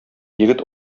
егет